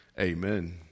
Amen